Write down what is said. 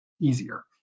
easier